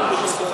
עמוס חכם.